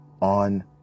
on